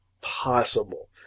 possible